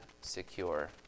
secure